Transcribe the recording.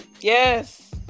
Yes